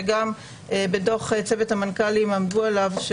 שגם בתוך צוות המנכ"לים עמדו עליו,